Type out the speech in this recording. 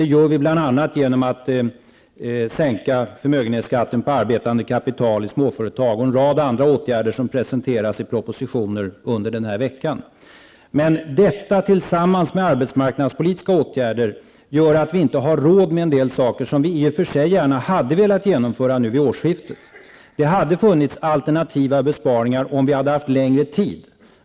Det gör vi bl.a. genom att sänka förmögenhetsskatten på arbetande kapital i småföretag och genom en rad åtgärder som presenteras i propositioner under den här veckan. Detta, tillsammans med arbetsmarknadspolitiska åtgärder, gör emellertid att vi inte har råd med en del saker som vi i och för sig hade velat genomföra nu vid årsskiftet. Det hade funnits alternativa besparingar om vi hade haft längre tid.